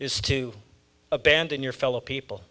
is to abandon your fellow people